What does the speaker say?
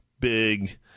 big